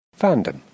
Fandom